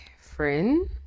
friend